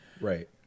Right